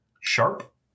sharp